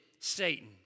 Satan